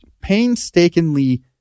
painstakingly